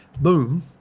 boom